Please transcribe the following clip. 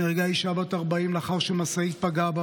נהרגה אישה בת 40 לאחר שמשאית פגעה בה